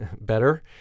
better